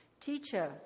Teacher